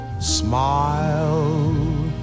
Smile